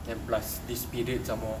and plus this period some more